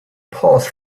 paused